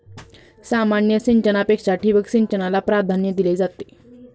सामान्य सिंचनापेक्षा ठिबक सिंचनाला प्राधान्य दिले जाते